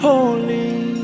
Holy